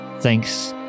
Thanks